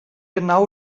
genau